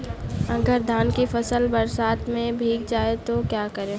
अगर धान की फसल बरसात में भीग जाए तो क्या करें?